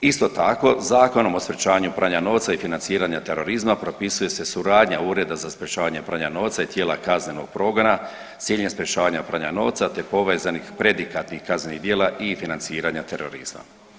Isto tako Zakonom o sprječavanju pranja novca i financiranja terorizma propisuje se suradnja Ureda za sprječavanje pranja novca i tijela kaznenog progona s ciljem sprječavanja pranja novca, te povezanih predikatnih kaznenih djela i financiranja terorizma.